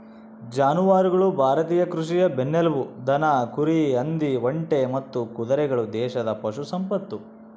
ಜಾನುವಾರುಗಳು ಭಾರತೀಯ ಕೃಷಿಯ ಬೆನ್ನೆಲುಬು ದನ ಕುರಿ ಹಂದಿ ಒಂಟೆ ಮತ್ತು ಕುದುರೆಗಳು ದೇಶದ ಪಶು ಸಂಪತ್ತು